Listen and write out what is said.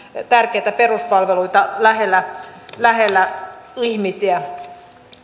tärkeitä peruspalveluita lähellä lähellä ihmisiä